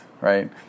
right